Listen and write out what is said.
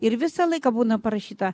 ir visą laiką būna parašyta